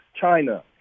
China